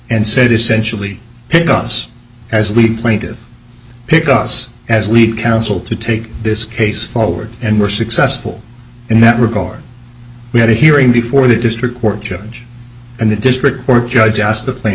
and said essentially because as lee pointed pick us as lead counsel to take this case forward and were successful in that regard we had a hearing before the district court judge and the district court judge asked the plane